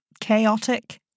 chaotic